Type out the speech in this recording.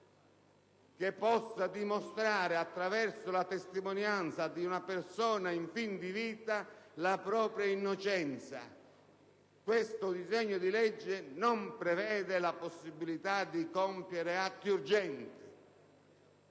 che possa dimostrare, attraverso la testimonianza di una persona in fin di vita, la propria innocenza. Il disegno di legge in esame non prevede la possibilità di compiere atti urgenti.